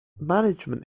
management